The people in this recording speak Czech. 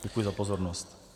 Děkuji za pozornost.